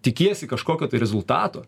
tikiesi kažkokio tai rezultato